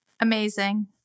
Amazing